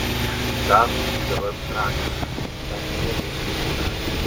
šitam plikiui dabar bus ragas ten tokie gaidžiai būna